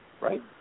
right